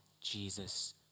Jesus